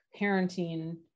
Parenting